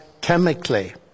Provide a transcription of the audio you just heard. chemically